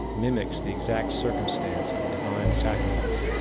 mimics the exact circumstance of the divine sacraments.